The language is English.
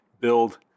build